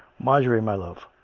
marjorie, my love,